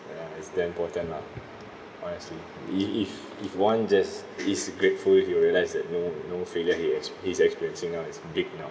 ya it's damn important lah honestly if if if one just is grateful if you will realise that no no failure he ex~ he experiencing ah he's big now